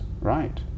right